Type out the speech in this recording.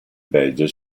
belgio